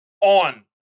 on